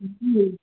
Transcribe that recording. जी